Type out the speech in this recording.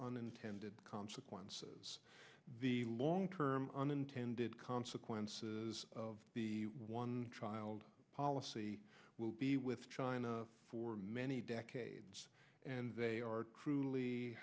unintended consequences the long term unintended consequences of the one child policy will be with china for many decades and they are truly